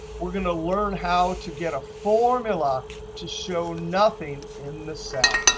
we're going to learn how to get a formula to show nothing in the cell.